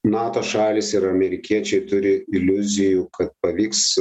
nato šalys ir amerikiečiai turi iliuzijų kad pavyks